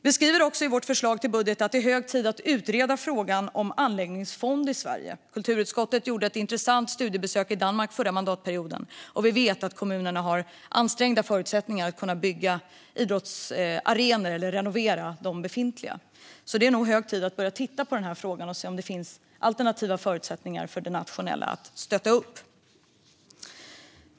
Vi skriver också i vårt förslag till budget att det är hög tid att utreda frågan om en anläggningsfond i Sverige. Kulturutskottet gjorde ett intressant studiebesök i Danmark förra mandatperioden, och vi vet att kommunerna har ansträngda förutsättningar att kunna bygga idrottsarenor eller renovera befintliga. Det är därför hög tid att börja titta på denna fråga och se om det finns möjlighet för det nationella att stötta upp.